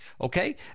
okay